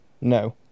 No